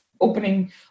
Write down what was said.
opening